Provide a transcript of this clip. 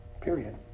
Period